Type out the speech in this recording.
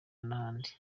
n’ahandi